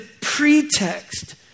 pretext